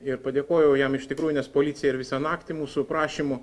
ir padėkojau jam iš tikrųjų nes policija ir visą naktį mūsų prašymu